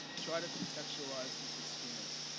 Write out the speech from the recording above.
try to contextualize this experience.